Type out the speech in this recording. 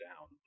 down